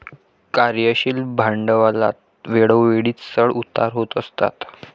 कार्यशील भांडवलात वेळोवेळी चढ उतार होत असतात